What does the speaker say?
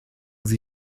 sie